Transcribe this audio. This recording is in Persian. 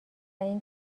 این